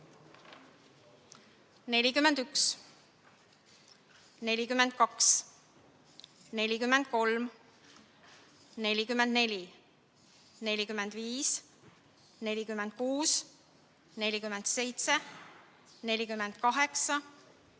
41, 42, 43, 44, 45, 46, 47, 48, 49,